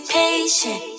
patient